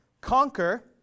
Conquer